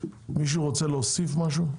מישהו רוצה להוסיף משהו?